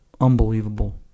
Unbelievable